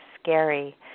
scary